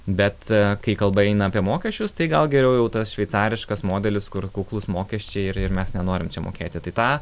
bet kai kalba eina apie mokesčius tai gal geriau jau tas šveicariškas modelis kur kuklūs mokesčiai ir ir mes nenorim čia mokėti tai tą